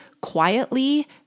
quietly